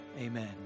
amen